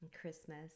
christmas